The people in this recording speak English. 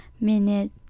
minute